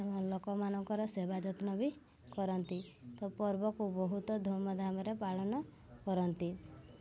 ଲୋକମାନଙ୍କର ସେବାଯତ୍ନ ବି କରନ୍ତି ତ ପର୍ବକୁ ବହୁତ ଧୁମ୍ଧାମ୍ରେ ପାଳନ କରନ୍ତି